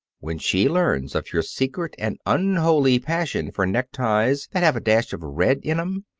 when she learns of your secret and unholy passion for neckties that have a dash of red in em,